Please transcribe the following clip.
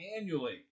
annually